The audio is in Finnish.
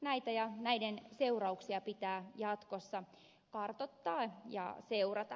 näitä ja näiden seurauksia pitää jatkossa kartoittaa ja seurata